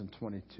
2022